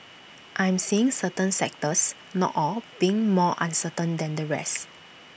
I'm seeing certain sectors not all being more uncertain than the rest